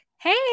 hey